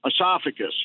esophagus